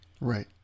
Right